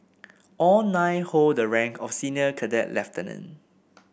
all nine hold the rank of senior cadet lieutenant